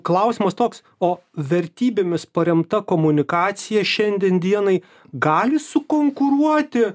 klausimas toks o vertybėmis paremta komunikacija šiandien dienai gali sukonkuruoti